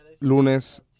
lunes